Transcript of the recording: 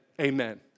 amen